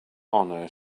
honor